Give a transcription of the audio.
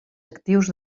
actius